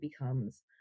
becomes